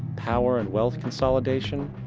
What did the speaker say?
power an wealth consolidation,